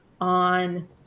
on